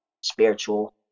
spiritual